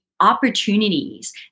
opportunities